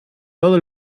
todo